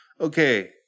okay